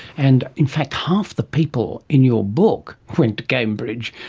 and in fact half the people in your book went to cambridge,